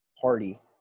party